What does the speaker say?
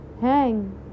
Hang